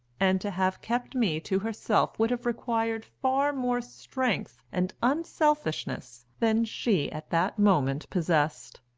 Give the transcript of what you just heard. and to have kept me to herself would have required far more strength and unselfishness than she at that moment possessed.